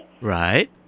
Right